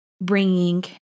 bringing